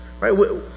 right